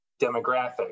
demographic